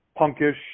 punkish